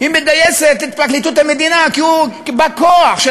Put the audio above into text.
היא מגייסת את פרקליטות המדינה כבאת-כוח של